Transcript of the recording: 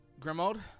Grimold